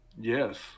yes